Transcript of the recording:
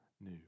new